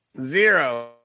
Zero